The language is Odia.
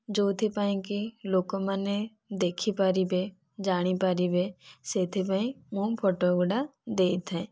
ଯେଉଁଥିପାଇଁ କି ଲୋକମାନେ ଦେଖିପାରିବେ ଜାଣିପାରିବେ ସେଥିପାଇଁ ମୁଁ ଫୋଟୋଗୁଡ଼ିକ ଦେଇଥାଏ